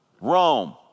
Rome